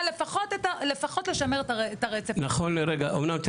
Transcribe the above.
בכיה לדורות ברמה הזאת